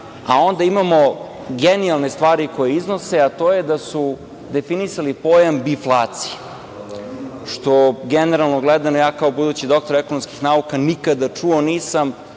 a onda imamo genijalne stvari koje iznose, a to je da su definisali pojam – biflacija. Što, generalno gledano, ja kao budući doktor ekonomskih nauka, nikada čuo nisam,